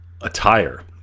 attire